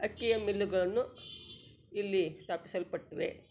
ಅಕ್ಕಿಯ ಮಿಲ್ಲುಗಳನ್ನು ಇಲ್ಲಿ ಸ್ಥಾಪಿಸಲ್ಪಟ್ಟಿವೆ